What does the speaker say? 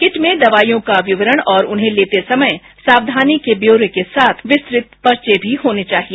kit में दवाइयों का विवरण और उन्हें लेते समय सावधानी के ब्योरे के साथ विस्तृत पर्चे भी होने चाहिए